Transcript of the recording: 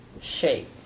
shape